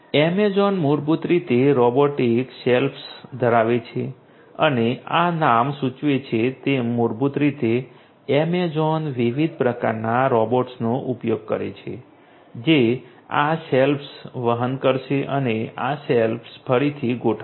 Amazon મૂળભૂત રીતે robotic shelves ધરાવે છે અને આ નામ સૂચવે છે તેમ મૂળભૂત રીતે એમેઝોન વિવિધ પ્રકારના રોબોટ્સનો ઉપયોગ કરે છે જે આ શેલ્ફસ વહન કરશે અને આ શેલ્ફસ ફરીથી ગોઠવશે